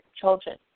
children